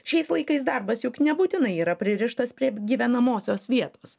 šiais laikais darbas juk nebūtinai yra pririštas prie gyvenamosios vietos